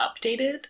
updated